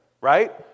Right